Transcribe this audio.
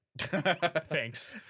Thanks